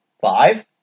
five